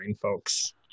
folks